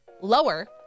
lower